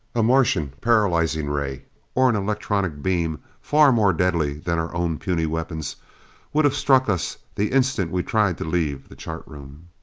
a martian paralyzing ray or an electronic beam, far more deadly than our own puny weapons would have struck us the instant we tried to leave the chart room.